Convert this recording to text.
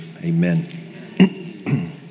amen